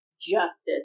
justice